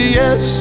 yes